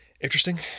interesting